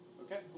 Okay